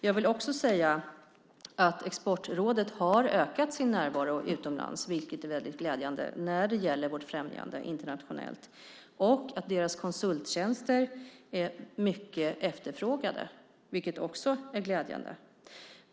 Jag vill också säga att Exportrådet har ökat sin närvaro utomlands, vilket är väldigt glädjande, när det gäller vårt främjande internationellt. Deras konsulttjänster är mycket efterfrågade, vilket också är glädjande.